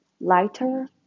Lighter